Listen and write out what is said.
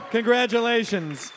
Congratulations